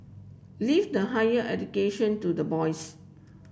leave the higher education to the boys